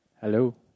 Hello